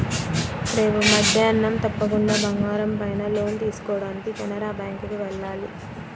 రేపు మద్దేన్నం తప్పకుండా బంగారం పైన లోన్ తీసుకోడానికి కెనరా బ్యేంకుకి వెళ్ళాలి